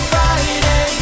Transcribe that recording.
Friday